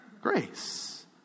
grace